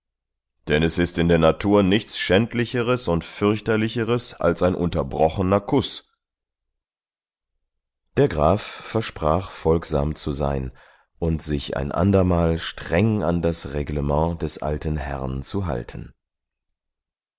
denn es ist in der natur nichts schädlicheres und fürchterlicheres als ein unterbrochener kuß der graf versprach folgsam zu sein und sich ein andermal streng an das reglement des alten herrn zu halten